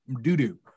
doo-doo